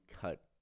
cut